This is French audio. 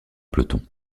peloton